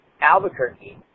Albuquerque